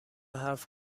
حرف